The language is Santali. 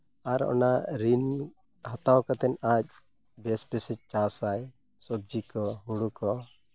ᱟᱨ ᱚᱱᱟ ᱨᱤᱱ ᱦᱟᱛᱟᱣ ᱠᱟᱛᱮᱫ ᱟᱡ ᱵᱮᱥ ᱵᱮᱥᱮ ᱪᱟᱥᱟᱭ ᱥᱚᱵᱽᱡᱤ ᱠᱚ ᱦᱩᱲᱩ ᱠᱚ